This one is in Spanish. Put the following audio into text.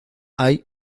hay